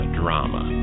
drama